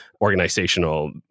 organizational